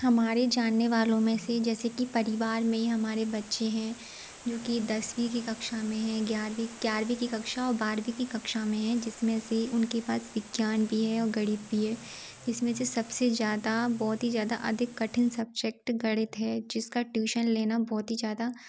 हमारे जानने वालों मे से जैसे कि परिवार मे ही हमारे बच्चे हैं जो कि दसवीं की कक्षा मे हैं ग्यारहवीं ग्यारहवीं की कक्षा और बारहवीं की कक्षा में है जिस में से उनके पास विज्ञान भी है और गणित भी है इस में से सब से ज़्यादा बहुत ही ज़्यादा अधिक कठिन सब्जेक्ट गणित है जिसका ट्यूशन लेना बहुत ही ज़्यादा